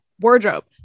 wardrobe